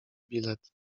bilet